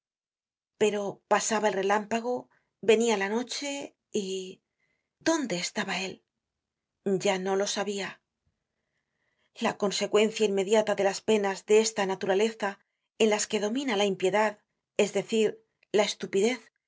pero pasaba el relámpago venia la noche y dónde estaba él ya no lo sabia la consecuencia inmediata de las penas de esta naturaleza en las que domina la impiedad es decir la estupidez